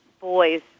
boys